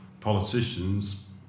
politicians